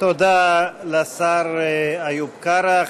תודה לשר איוב קרא.